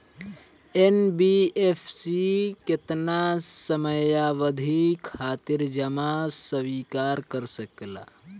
NBFC केतना समयावधि खातिर जमा स्वीकार कर सकला?